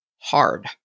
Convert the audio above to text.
hard